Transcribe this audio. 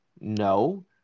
No